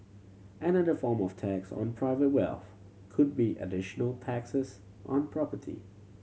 another form of tax on private wealth could be additional taxes on property